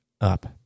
up